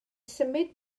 symud